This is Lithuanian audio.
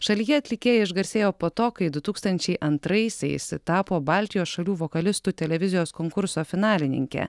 šalyje atlikėja išgarsėjo po to kai du tūkstančiai antraisiais tapo baltijos šalių vokalistų televizijos konkurso finalininkė